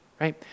right